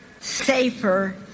safer